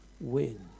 win